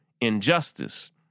injustice